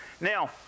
now